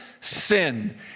sin